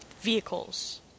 vehicles